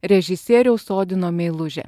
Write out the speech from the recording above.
režisieriaus odino meilužė